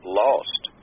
lost